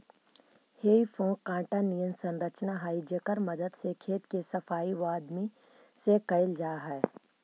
हेइ फोक काँटा निअन संरचना हई जेकर मदद से खेत के सफाई वआदमी से कैल जा हई